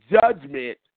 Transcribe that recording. judgment